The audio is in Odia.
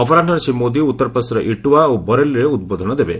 ଅପରାହ୍ନରେ ଶ୍ରୀ ମୋଦି ଉତ୍ତରପ୍ରଦେଶର ଇଟାୱା ଓ ବରେଲିରେ ଉଦ୍ବୋଧନ ଦେବେ